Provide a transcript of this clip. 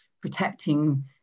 protecting